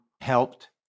helped